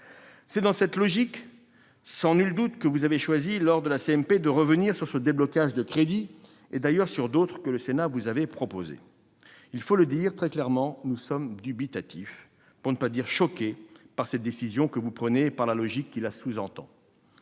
C'est dans cette logique, sans doute, que vous avez choisi, lors de la commission mixte paritaire, de revenir sur ce déblocage de crédits, comme sur d'autres que le Sénat vous avait proposés. Il faut le dire très clairement : nous sommes dubitatifs, pour ne pas dire choqués, par cette décision et par la logique qui la sous-tend.